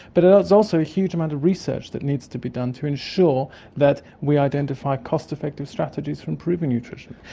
but there's also a huge amount of research that needs to be done to ensure that we identify cost-effective strategies for improving nutrition.